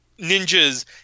ninjas